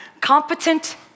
competent